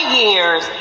years